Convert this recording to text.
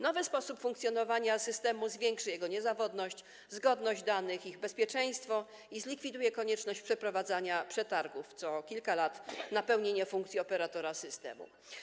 Nowy sposób funkcjonowania systemu zwiększy jego niezawodność, zgodność danych, ich bezpieczeństwo i zlikwiduje konieczność przeprowadzania co kilka lat przetargów na pełnienie funkcji operatora systemu.